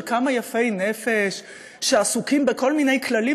של כמה יפי נפש שעסוקים בכל מיני כללים